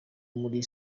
muri